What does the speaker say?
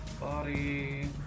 Body